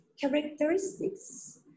characteristics